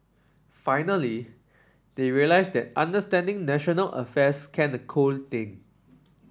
finally they realise that understanding national affairs can a cool thing